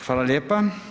Hvala lijepa.